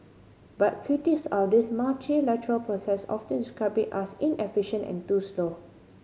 but critics of this process often describe it as inefficient and too slow